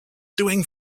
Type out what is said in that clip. doing